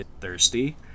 thirsty